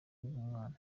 bw’umwana